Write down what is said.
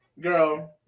Girl